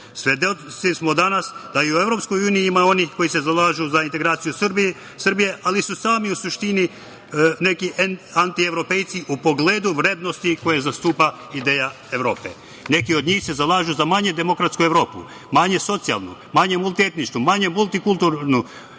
smo danas da i u EU ima onih koji se zalažu za integraciju Srbije, ali su sami u suštini neki antievropejci u pogledu vrednosti koje zastupa ideja Evrope. Neki od njih se zalažu za manje demokratsku Evropu, manje socijalnu, manje multietničku, manje multikulturalnu,